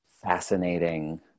fascinating